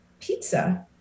pizza